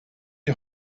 die